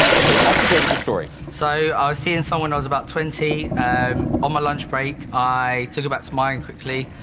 okay off you go with the story so i've seen someone i was about twenty um on my lunch break i took about to mine quickly